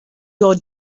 your